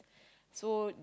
so